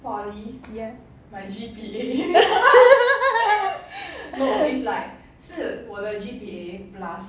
ya